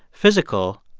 physical,